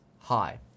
high